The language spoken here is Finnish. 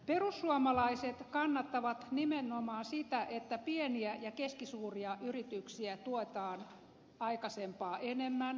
perussuomalaiset kannattavat nimenomaan sitä että pieniä ja keskisuuria yrityksiä tuetaan aikaisempaa enemmän